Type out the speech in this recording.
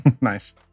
Nice